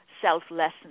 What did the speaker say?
selflessness